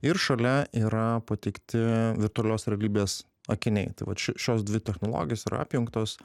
ir šalia yra pateikti virtualios realybės akiniai tai vat šio šios dvi technologijos yra apjungtos